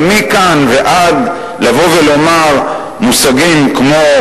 אבל מכאן ועד לבוא ולומר מושגים כמו: